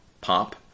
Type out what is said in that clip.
pop